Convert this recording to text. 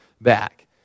back